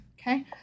Okay